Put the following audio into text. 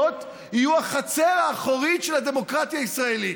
יהיו החצר האחורית של הדמוקרטיה הישראלית.